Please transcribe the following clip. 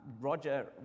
Roger